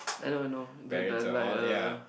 I know I know the the like a